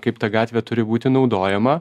kaip ta gatvė turi būti naudojama